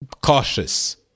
cautious